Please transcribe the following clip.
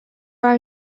are